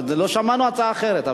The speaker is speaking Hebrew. לא שמענו הצעה אחרת.